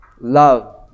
love